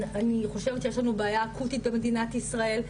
אני חושבת שיש לנו בעיה אקוטית במדינת ישראל,